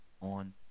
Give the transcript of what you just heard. on